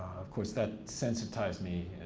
of course that sensitized me,